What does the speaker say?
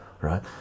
right